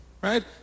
right